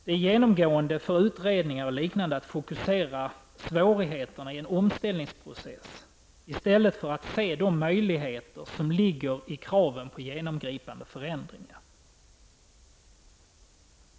Det är genomgående för utredningar och liknande att fokusera svårigheterna i en omställningsprocess i stället för att se de möjligheter som ligger i kraven på genomgripande förändringar.